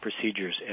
procedures